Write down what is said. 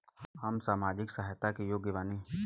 हम सामाजिक सहायता के योग्य बानी?